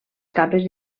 capes